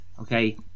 okay